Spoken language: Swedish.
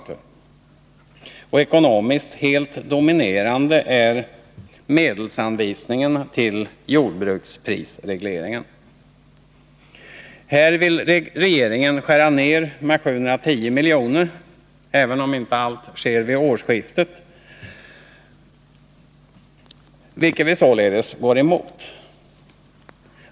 Den ena punkten, och den ekonomiskt helt dominerande, är medelsanvisningen till jordbruksprisregleringen. Här vill regeringen skära ner anslaget med 710 milj.kr. — även om inte allt sker vid årsskiftet — vilket vi således går emot.